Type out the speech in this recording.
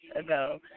ago